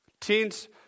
Teens